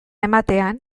ematean